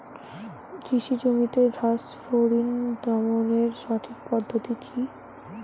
কৃষি জমিতে ঘাস ফরিঙ দমনের সঠিক পদ্ধতি কি?